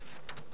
זאת אומרת,